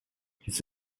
his